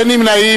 אין נמנעים.